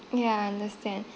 ya understand